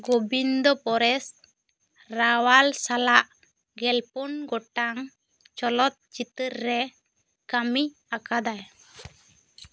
ᱜᱚᱵᱤᱱᱫᱚ ᱯᱚᱨᱮᱥ ᱨᱟᱣᱟᱞ ᱥᱟᱞᱟᱜ ᱜᱮᱞᱯᱩᱱ ᱜᱚᱴᱟᱝ ᱪᱚᱞᱚᱛ ᱪᱤᱛᱟᱹᱨ ᱨᱮ ᱠᱟᱹᱢᱤ ᱟᱠᱟᱫᱟ